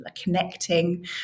connecting